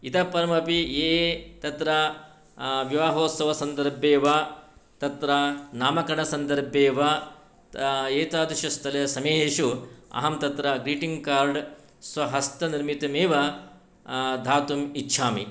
इतः परमपि ये तत्र विवाहोत्सवसन्दर्भे वा तत्र नामकरणसन्दर्भे वा तु एतादृश स्थले समयेषु अहं तत्र ग्रीटिङ्ग् कार्ड् स्वहस्तनिर्मितमेव दातुम् इच्छामि